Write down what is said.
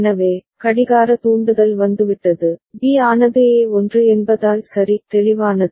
எனவே கடிகார தூண்டுதல் வந்துவிட்டது B ஆனது A 1 என்பதால் சரி தெளிவானது